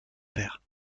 père